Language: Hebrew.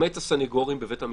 למעט הסנגורים בבית המשפט,